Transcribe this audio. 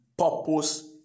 Purpose